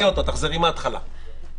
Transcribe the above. יש לברך על כך.